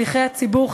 שליחי הציבור,